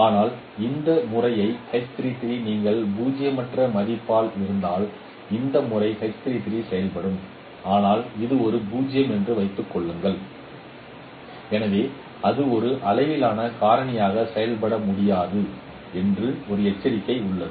ஆனால் இந்த முறையை நீங்கள் பூஜ்ஜியமற்ற மதிப்பாக இருந்தால் இந்த முறை செயல்படும் ஆனால் அது ஒரு 0 என்று வைத்துக் கொள்ளுங்கள் எனவே அது ஒரு அளவிலான காரணியாக செயல்பட முடியாது என்று ஒரு எச்சரிக்கை உள்ளது